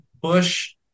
bush